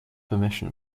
permission